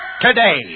today